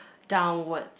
downwards